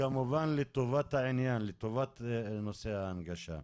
כמובן לטובת העניין, לטובת נושא ההנגשה.